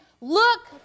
look